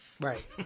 Right